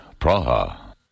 Praha